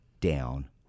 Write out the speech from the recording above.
down